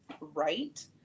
right